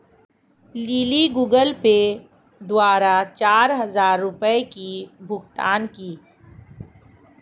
lily Google Pay द्वारा चार हजार रुपए की भुगतान की